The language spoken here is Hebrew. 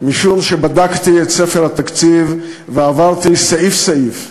משום שבדקתי את ספר התקציב, ועברתי סעיף-סעיף,